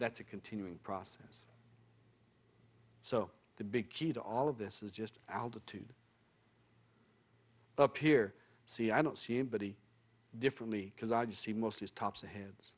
that's a continuing process so the big key to all of this is just altitude up here see i don't see anybody differently because i just see most is tops